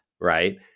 right